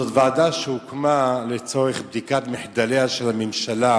זאת ועדה שהוקמה לצורך בדיקת מחדליה של הממשלה,